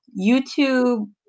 YouTube